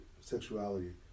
sexuality